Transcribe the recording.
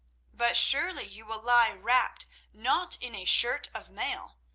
but surely you will lie wrapped not in a shirt of mail,